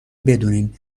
بدونین